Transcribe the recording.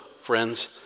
friends